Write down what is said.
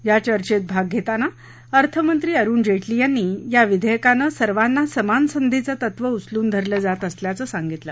या चर्चेत भाग घेताना अर्थमंत्री अरुण जेटली यांनी या विधेयकाने सर्वांना समान संधीचे तत्व उचलून धरले जात असल्याचे सांगितले